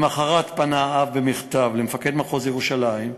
למחרת פנה האב במכתב למפקד מחוז ירושלים,